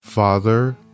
Father